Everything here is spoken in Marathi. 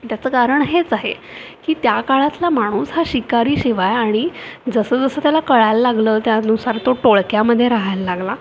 त्याचं कारण हेच आहे की त्या काळातला माणूस हा शिकारी शिवाय आणि जसं जसं त्याला कळायला लागलं त्यानुसार तो टोळक्यामध्ये राहायला लागला